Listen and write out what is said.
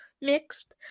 mixed